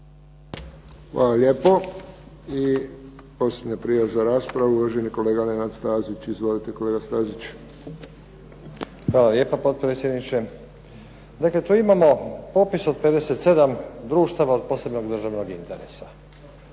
Hvala lijepo. I posljednja prijava za raspravu, uvaženi kolega Nenad Stazić. Izvolite kolega Stazić. **Stazić, Nenad (SDP)** Hvala lijepa potpredsjedniče. Dakle, tu imamo popis od 57 društava od posebnog državnog interesa.